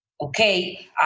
okay